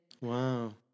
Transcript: Wow